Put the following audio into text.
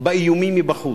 באיומים מבחוץ.